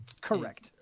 Correct